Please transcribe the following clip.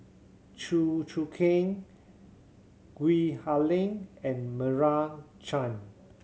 Chew Choo Keng Gwee Ha Leng and Meira Chand